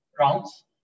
rounds